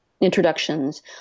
introductions